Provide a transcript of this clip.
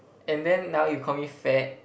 and then now you call me fat